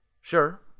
Sure